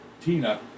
Tina